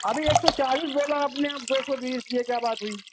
ابھی ایک سو چالیس بولا آپ نے اب دو سو بیس یہ کیا بات ہوئی